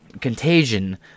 contagion